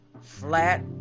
flat